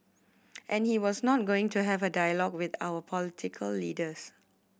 and he was not going to have a dialogue with our political leaders